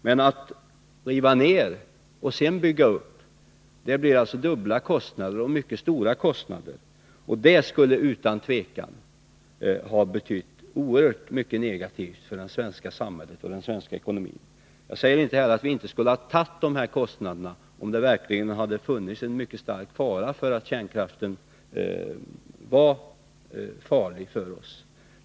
Men om man först river ned och sedan bygger upp, blir det mycket stora kostnader, och det skulle utan tvivel ha betytt oerhört mycket negativt för det svenska samhället och den svenska ekonomin. Jag säger inte heller att vi inte skulle ha tagit dessa kostnader, om det verkligen hade funnits en mycket stark risk för att kärnkraften var verkligt farlig för oss.